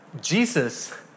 Jesus